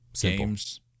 games